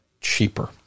cheaper